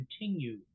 continue